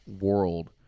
world